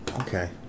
Okay